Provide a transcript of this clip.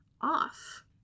off